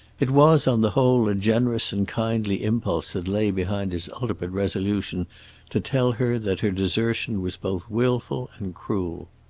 it was, on the whole, a generous and kindly impulse that lay behind his ultimate resolution to tell her that her desertion was both wilful and cruel.